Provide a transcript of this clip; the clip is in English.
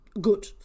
good